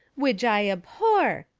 widge i abhor,